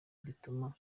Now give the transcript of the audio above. rituma